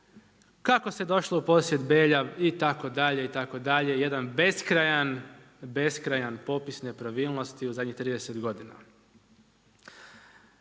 kako se došlo u posjed Belja, itd., itd.. Jedan beskrajan, beskrajan popis nepravilnosti u zadnjih 30 godina.